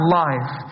life